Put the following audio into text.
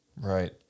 Right